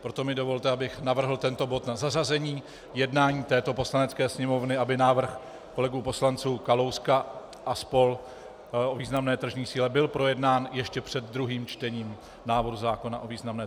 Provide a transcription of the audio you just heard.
Proto mi dovolte, abych navrhl tento bod na zařazení jednání této Poslanecké sněmovny, aby návrh kolegů poslanců Kalouska a spol. o významné tržní síle byl projednán ještě před druhým čtením návrhu zákona o významné tržní síle.